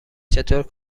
چطور